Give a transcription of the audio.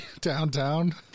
downtown